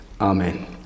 Amen